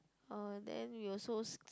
oh then we also